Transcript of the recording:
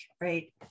right